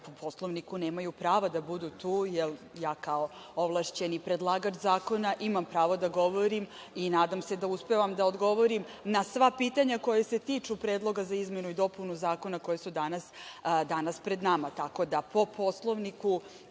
po Poslovniku, nemaju prava da budu tu, jer ja kao ovlašćeni predlagač zakona imam pravo da govorim i nadam se da uspevam da odgovorim na sva pitanja koja se tiču predloga za izmenu i dopunu zakona koji su danas pred nama, tako da, po Poslovniku,